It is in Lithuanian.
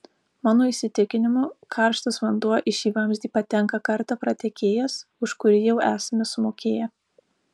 mano įsitikinimu karštas vanduo į šį vamzdį patenka kartą pratekėjęs už kurį jau esame sumokėję